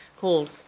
called